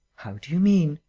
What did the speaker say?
how do you mean?